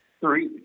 three